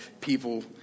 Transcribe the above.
people